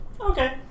Okay